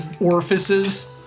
Orifices